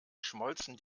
schmolzen